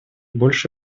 больше